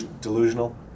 Delusional